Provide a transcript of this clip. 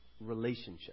relationship